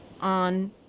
on